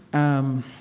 um,